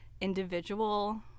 individual